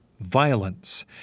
violence